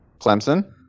Clemson